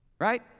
right